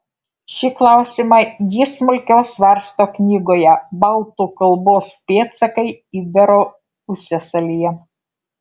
šį klausimą ji smulkiau svarsto knygoje baltų kalbos pėdsakai iberų pusiasalyje